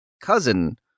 cousin